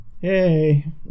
Hey